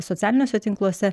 socialiniuose tinkluose